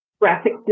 graphic